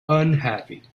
unhappy